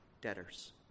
debtors